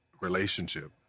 relationship